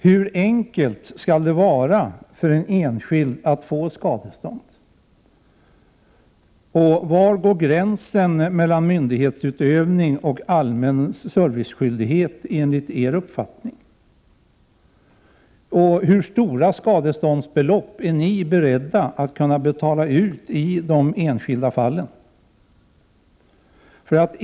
Hur enkelt skall det vara för en enskild att få skadestånd? Var går gränsen mellan myndighetsutövning och allmän serviceskyldighet enligt er uppfattning? Hur stora skadeståndsbelopp är ni beredda att godta i de enskilda fallen?